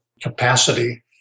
capacity